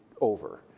over